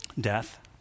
death